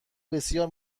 بسیار